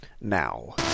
now